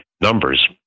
numbers